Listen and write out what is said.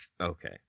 okay